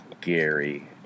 Gary